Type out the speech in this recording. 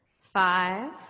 five